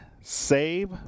SAVE